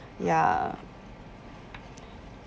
ya